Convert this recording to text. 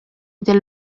del